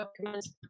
documents